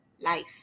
life